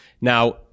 Now